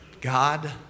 God